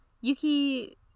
Yuki